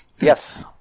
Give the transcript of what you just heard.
Yes